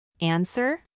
Answer